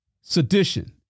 sedition